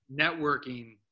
Networking